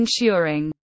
ensuring